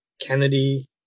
Kennedy